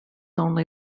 only